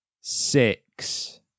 six